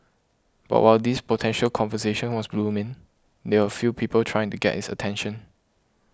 but while this potential conversation was blooming there were a few people trying to get his attention